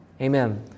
Amen